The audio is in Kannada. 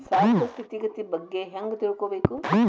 ಸಾಲದ್ ಸ್ಥಿತಿಗತಿ ಬಗ್ಗೆ ಹೆಂಗ್ ತಿಳ್ಕೊಬೇಕು?